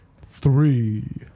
Three